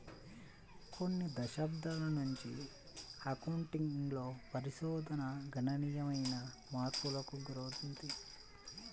కొన్ని దశాబ్దాల నుంచి అకౌంటింగ్ లో పరిశోధన గణనీయమైన మార్పులకు గురైంది